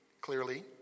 clearly